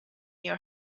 your